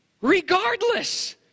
Regardless